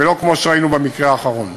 ולא כמו שראינו במקרה האחרון.